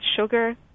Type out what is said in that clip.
sugar